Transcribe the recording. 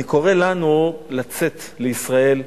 אני קורא לנו לצאת לישראל,